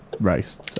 race